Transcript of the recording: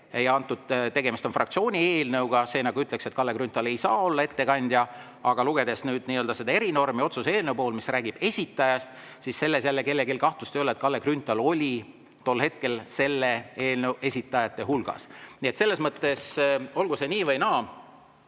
ja tegemist on fraktsiooni eelnõuga. See nagu ütleks, et Kalle Grünthal ei saa olla ettekandja. Aga lugedes seda erinormi otsuse eelnõu puhul, mis räägib esitajast, siis selle puhul kellelgi kahtlust ei ole, et Kalle Grünthal oli tol hetkel eelnõu esitajate hulgas. Nii et selles mõttes on see nii või naa.